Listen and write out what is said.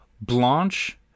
Blanche